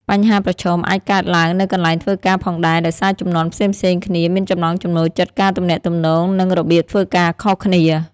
បញ្ហាប្រឈមអាចកើតឡើងនៅកន្លែងធ្វើការផងដែរ ដោយសារជំនាន់ផ្សេងៗគ្នាមានចំណង់ចំណូលចិត្តការទំនាក់ទំនង និងរបៀបធ្វើការខុសគ្នា។